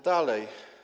Dalej.